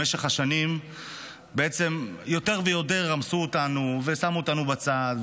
במשך השנים יותר ויותר רמסו אותנו ושמו אותנו בצד,